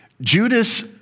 Judas